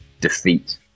defeat